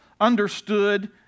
understood